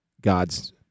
god's